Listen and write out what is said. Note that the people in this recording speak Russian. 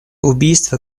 убийства